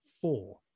Four